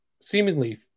seemingly